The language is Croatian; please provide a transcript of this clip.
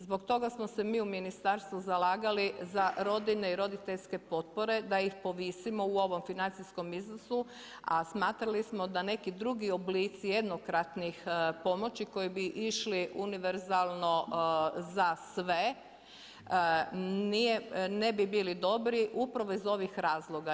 Zbog toga smo se mi u ministarstvu zalagali za rodiljne i roditeljske potpore, da ih povisimo u ovom financijskom iznosu, a smatrali smo da neki drugi oblici jednokratnih pomoći koji bi išli univerzalno za sve, ne bi bili dobri upravo iz ovih razloga.